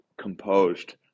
composed